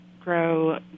grow